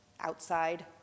outside